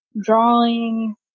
Drawing